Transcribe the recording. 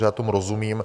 Já tomu rozumím.